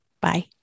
Bye